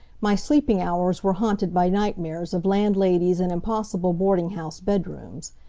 my sleeping hours were haunted by nightmares of landladies and impossible boarding-house bedrooms.